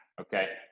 okay